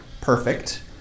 perfect